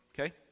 Okay